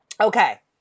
Okay